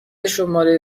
شماره